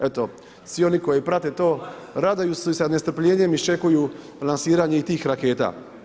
Eto, svi oni koji prate to raduju se i sa nestrpljenjem iščekuju lansiranje i tih raketa.